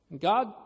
God